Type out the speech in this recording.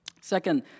Second